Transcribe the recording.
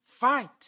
fight